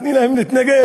תני להם להתנגד,